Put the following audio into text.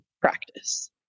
practice